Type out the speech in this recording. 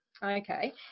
Okay